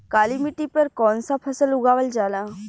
काली मिट्टी पर कौन सा फ़सल उगावल जाला?